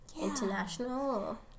International